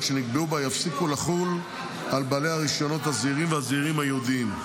שנקבעו בה יפסיקו לחול על בעלי הרישיונות הזעירים והזעירים הייעודיים.